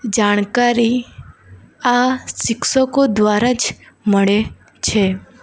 જાણકારી આ શિક્ષકો દ્વારા જ મળે છે